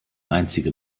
einzige